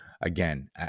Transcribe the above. Again